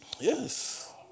Yes